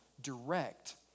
direct